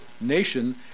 nation